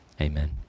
amen